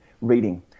reading